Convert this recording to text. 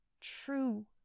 true